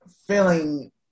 feeling